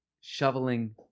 Shoveling